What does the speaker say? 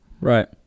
Right